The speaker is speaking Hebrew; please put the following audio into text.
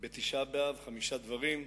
בתשעה באב, חמישה דברים.